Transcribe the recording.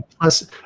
plus